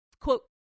quote